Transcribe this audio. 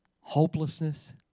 hopelessness